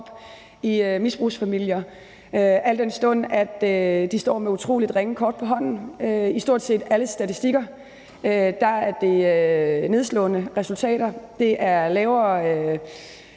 i misbrugsfamilier, al den stund de står med utrolig ringe kort på hånden. I stort set alle statistikker er det nedslående resultater; det er lavere